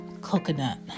coconut